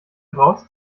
brauchst